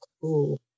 cool